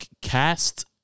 cast